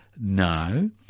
No